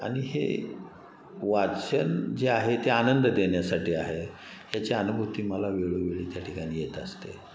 आणि हे वाचन जे आहे ते आनंद देण्यासाठी आहे याची अनुभूती मला वेळोवेळी त्या ठिकाणी येत असते